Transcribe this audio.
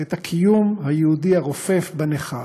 את הקיום היהודי הרופף בנכר.